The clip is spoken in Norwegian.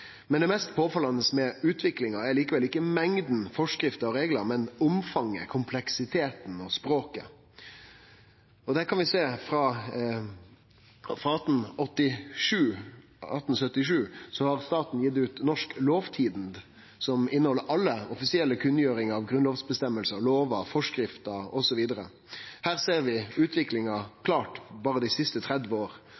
Det mest påfallande med utviklinga er likevel ikkje mengda av forskrifter og reglar, men omfanget, kompleksiteten og språket. Sidan1877 har staten gitt ut Norsk Lovtidend, som inneheld alle offisielle kunngjeringar av grunnlovsføresegner, lover, forskrifter osv. Her ser vi